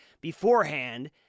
beforehand